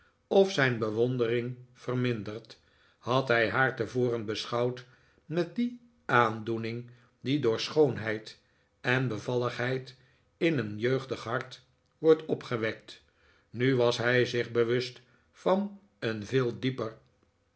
of zijn bewondering verminderd had hij haar tevoren beschouwd met die aandoening die door schoonheid en bevalligheid in een jeugdig hart wordt opgewekt nu was hij zich bewust van een veel dieper